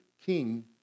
King